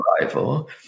arrival